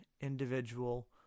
individual